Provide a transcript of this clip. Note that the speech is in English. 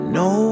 no